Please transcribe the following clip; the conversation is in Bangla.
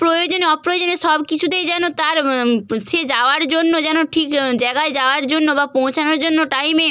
প্রয়োজনে অপ্রয়োজনে সব কিছুতেই যেন তার সে যাওয়ার জন্য যেন ঠিক জায়গায় যাওয়ার জন্য বা পৌঁছানোর জন্য টাইমে